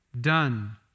done